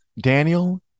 Daniel